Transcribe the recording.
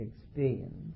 experience